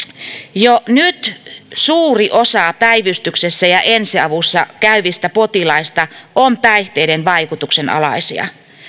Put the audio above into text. jo nyt suuri osa päivystyksessä ja ensiavussa käyvistä potilaista on päihteiden vaikutuksen alaisia